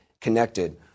connected